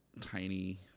tiny